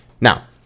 Now